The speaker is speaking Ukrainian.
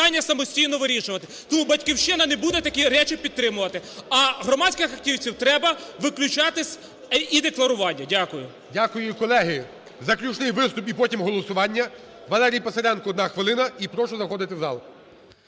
самостійно вирішувати, тому "Батьківщина" не буде такі речі підтримувати. А громадських активістів треба виключати з е-декларування. Дякую. ГОЛОВУЮЧИЙ. Дякую. Колеги, заключний виступ. І потім голосування. Валерій Писаренко – одна хвилина. І прошу заходити в зал.